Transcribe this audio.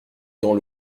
dans